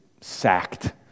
sacked